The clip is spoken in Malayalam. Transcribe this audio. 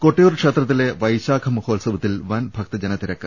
കൊട്ടിയൂർ ക്ഷേത്രത്തിലെ വൈശാഖ മഹോത്സവത്തിൽ വൻ ഭക്തജനത്തിരക്ക്